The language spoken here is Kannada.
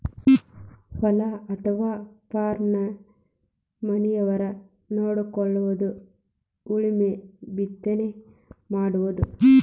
ಹೊಲಾ ಅಥವಾ ಪಾರ್ಮನ ಮನಿಯವರ ನೊಡಕೊಳುದು ಉಳುಮೆ ಬಿತ್ತನೆ ಮಾಡುದು